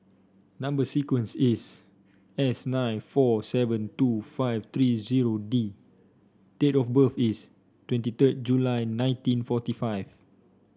number sequence is S nine four seven two five three zero D date of birth is twenty third July nineteen forty five